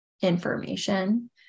information